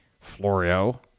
Florio